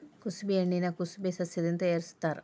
ಕುಸಬಿ ಎಣ್ಣಿನಾ ಕುಸಬೆ ಸಸ್ಯದಿಂದ ತಯಾರಿಸತ್ತಾರ